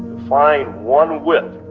find one whiff,